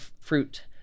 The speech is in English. fruit